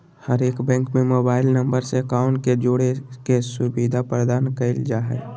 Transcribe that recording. हरेक बैंक में mobile number से अकाउंट के जोड़े के सुविधा प्रदान कईल जा हइ